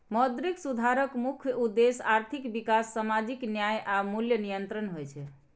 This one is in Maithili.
मौद्रिक सुधारक मुख्य उद्देश्य आर्थिक विकास, सामाजिक न्याय आ मूल्य नियंत्रण होइ छै